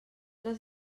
les